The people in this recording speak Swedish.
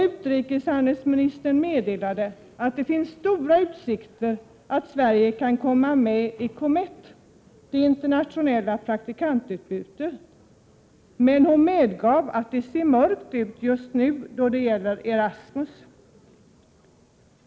Utrikeshandelsministern meddelade att det finns stora utsikter att Sverige kan komma med i COMETT, dvs. det internationella praktikantutbytet, men hon medgav att det ser mörkt ut just nu då det gäller Erasmus.